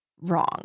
Wrong